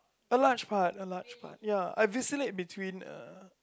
a large part a large part ya I vacillate between uh